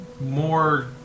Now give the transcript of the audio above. More